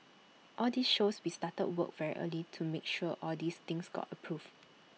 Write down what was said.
all this shows we started work very early to make sure all these things got approval